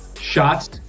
shots